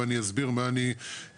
ואני אסביר למה אני מתכוון.